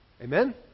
Amen